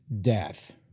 death